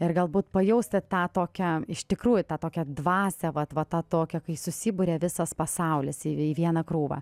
ir galbūt pajausti tą tokią iš tikrųjų tą tokią dvasią vat vat tą tokią kai susiburia visas pasaulis į į vieną krūvą